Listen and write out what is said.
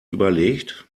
überlegt